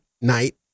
night